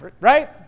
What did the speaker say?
Right